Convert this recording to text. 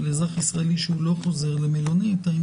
של אזרח שהוא לא חוזר, שהוא פה